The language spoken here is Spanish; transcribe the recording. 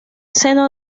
seno